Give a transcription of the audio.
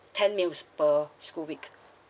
ten meals per school week